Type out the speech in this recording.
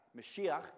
Mashiach